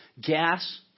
Gas